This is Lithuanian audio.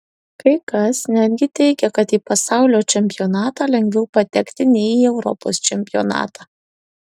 kai kas netgi teigė kad į pasaulio čempionatą lengviau patekti nei į europos čempionatą